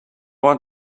want